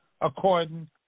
according